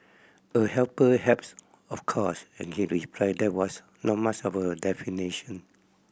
a helper helps of course and he replied that was not much of a definition